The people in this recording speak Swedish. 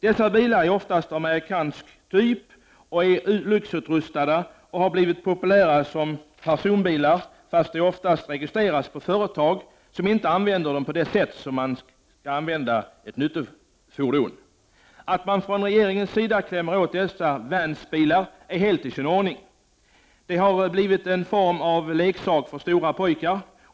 Dessa bilar är oftast av amerikansk typ. De har lyxutrustning och har blivit populära som personbilar. Men oftast är de registrerade på företag som inte använder dem som nyttofordon. Att man från regeringens sida klämmer åt dessa vanbilar är helt i sin ordning. De har blivit något av en leksak för stora pojkar.